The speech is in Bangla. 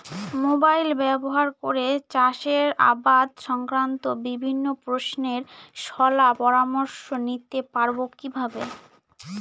মোবাইল ব্যাবহার করে চাষের আবাদ সংক্রান্ত বিভিন্ন প্রশ্নের শলা পরামর্শ নিতে পারবো কিভাবে?